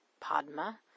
Padma